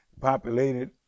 populated